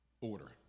order